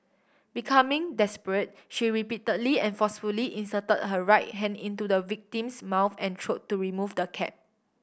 becoming desperate she repeatedly and forcefully inserted her right hand into the victim's mouth and throat to remove the cap